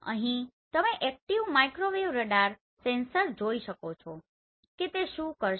અહીં તમે active microwave radar sensors જોઈ શકો છો કે તે શું કરશે